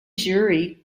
jury